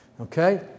Okay